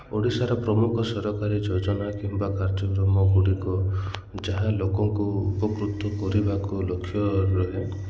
ଓଡ଼ିଶାର ପ୍ରମୁଖ ସରକାରୀ ଯୋଜନା କିମ୍ବା କାର୍ଯ୍ୟକ୍ରମଗୁଡ଼ିକ ଯାହା ଲୋକଙ୍କୁ ଉପକୃତ କରିବାକୁ ଲକ୍ଷ୍ୟ ରୁହେ